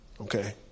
Okay